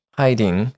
hiding